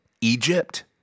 Egypt